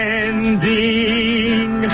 ending